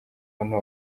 bantu